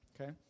Okay